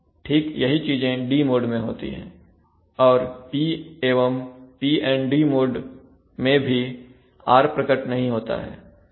ठीक यही चीजें D मोड में होती हैं और P एवं PD मोड में भी r प्रकट नहीं होता है